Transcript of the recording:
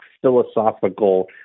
philosophical